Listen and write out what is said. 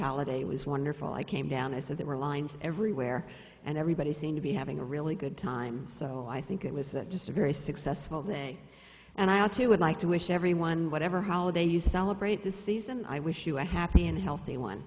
holiday was wonderful i came down i said there were lines everywhere and everybody seemed to be having a really good time so i think it was it just a very successful day and i too would like to wish everyone whatever holiday you celebrate this season i wish you a happy and healthy one